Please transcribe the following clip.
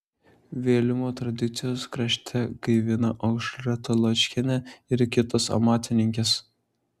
vėlimo tradicijas krašte gaivina aušra taločkienė ir kitos amatininkės